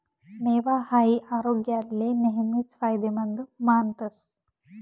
मेवा हाई आरोग्याले नेहमीच फायदेमंद मानतस